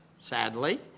sadly